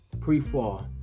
pre-fall